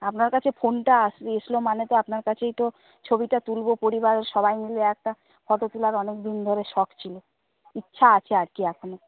আপনার কাছে ফোনটা আসলো মানে তো আপনার কাছেই তো ছবিটা তুলব পরিবারের সবাই মিলে একটা ফটো তোলার অনেকদিন ধরে শখ ছিল ইচ্ছা আছে আর কি এখনও